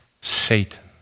Satan